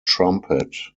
trumpet